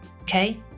Okay